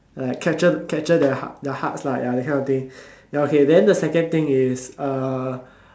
like capture capture the heart the hearts lah that kind of thing ya okay then the second thing is uh